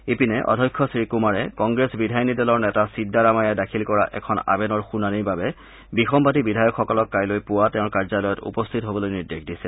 ইপিনে অধ্যক্ষ শ্ৰীকুমাৰে কংগ্ৰেছ বিধায়িনী দলৰ নেতা চিদ্দাৰামায়াই দাখিল কৰা এখন আবেদনৰ শুনানীৰ বাবে বিসম্বাদী বিধয়াকসকলক কাইলৈ পুৱা তেওঁৰ কাৰ্যালয়ত উপস্থিত হ'বলৈ নিৰ্দেশ দিছে